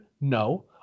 No